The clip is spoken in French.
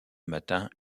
matin